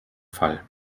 fall